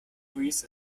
breeze